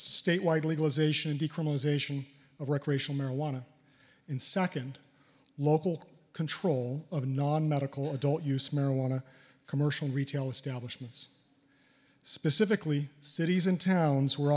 statewide legalization decriminalization of recreational marijuana in second local control of non medical adult use marijuana commercial retail establishments specifically cities and towns were